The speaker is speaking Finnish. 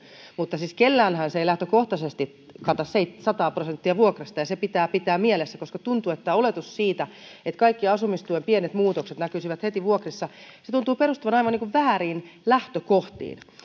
mutta siis kenelläkäänhän se ei lähtökohtaisesti kata sataa sataa prosenttia vuokrasta ja se pitää pitää mielessä koska tuntuu että oletus siitä että kaikki asumistuen pienet muutokset näkyisivät heti vuokrissa tuntuu perustuvan aivan vääriin lähtökohtiin